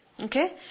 Okay